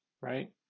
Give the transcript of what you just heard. right